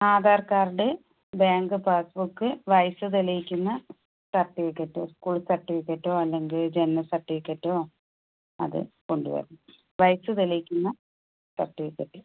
Aadhaar card bank passbook വയസ് തെളിയിക്കുന്ന certificate school സർട്ടിഫിക്കറ്റൊ അല്ലെങ്കിൽ ജനന സർട്ടിഫിക്കറ്റോ അത് കൊണ്ട് വരണം വയസ് തെളിയിക്കുന്ന സർട്ടിഫിക്കറ്റ്